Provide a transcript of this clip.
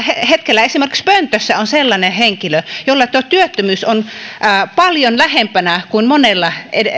hetkellä esimerkiksi pöntössä on sellainen henkilö jolle tuo työttömyys on paljon lähempänä kuin monelle